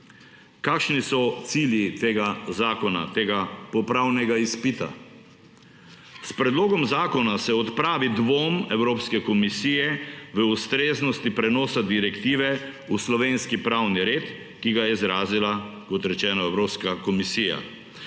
Kakšni so cilji tega zakona, tega popravnega izpita? S predlogom zakona se odpravi dvom Evropske komisije v ustreznosti prenosa direktive v slovenski pravni red, ki ga je izrazila, kot rečeno, Evropska komisija.